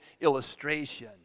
illustration